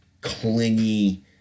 clingy